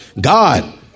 God